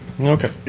Okay